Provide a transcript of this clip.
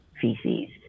feces